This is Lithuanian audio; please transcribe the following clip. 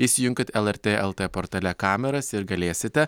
įsijunkit lrt lt portale kameras ir galėsite